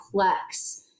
complex